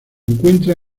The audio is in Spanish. encuentra